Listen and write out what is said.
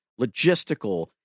logistical